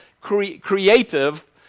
creative